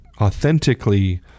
authentically